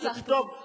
לא הצלחתם לספור.